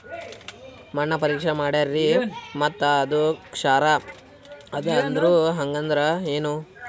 ಮಣ್ಣ ಪರೀಕ್ಷಾ ಮಾಡ್ಯಾರ್ರಿ ಮತ್ತ ಅದು ಕ್ಷಾರ ಅದ ಅಂದ್ರು, ಹಂಗದ್ರ ಏನು?